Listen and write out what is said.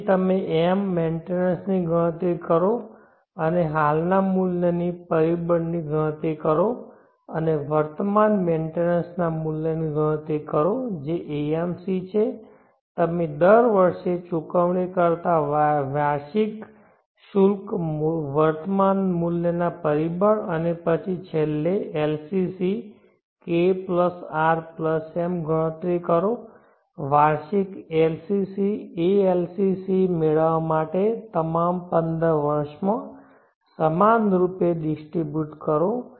પછી તમે M maintenance ની ગણતરી કરો અને હાલના મૂલ્યના પરિબળની ગણતરી કરો અને વર્તમાન મેન્ટેનન્સ ના મૂલ્યની ગણતરી કરો જે AMC છે તમે દર વર્ષે ચૂકવણી કરતા વાર્ષિક શુલ્ક વર્તમાન મૂલ્યના પરિબળ અને પછી છેલ્લે LCC KRM ગણતરી કરો વાર્ષિક LCC ALCC મેળવવા તમામ પંદર વર્ષમાં સમાનરૂપે ડિસ્ટ્રીબ્યુટકરો